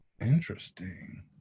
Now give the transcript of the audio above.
Interesting